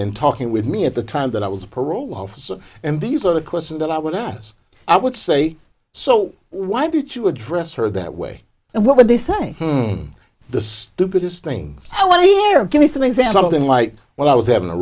and talking with me at the time that i was a parole officer and these are the questions that i would ask i would say so why did you address her that way and what would they say the stupidest things i want to hear give me some examples of them like when i was having a